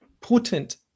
potent